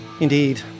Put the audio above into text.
Indeed